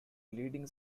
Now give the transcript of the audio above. leading